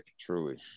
truly